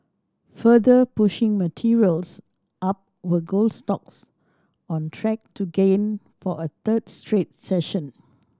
further pushing materials up were gold stocks on track to gain for a third straight session